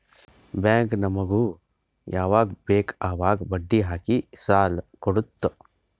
bank ನಮುಗ್ ಯವಾಗ್ ಬೇಕ್ ಅವಾಗ್ ಬಡ್ಡಿ ಹಾಕಿ ಸಾಲ ಕೊಡ್ತುದ್